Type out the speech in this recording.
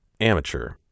Amateur